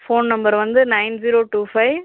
phone number வந்து nine zero two five